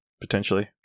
potentially